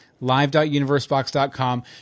live.universebox.com